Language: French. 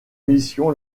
mission